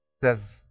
says